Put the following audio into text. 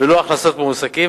ולא הכנסות מועסקים,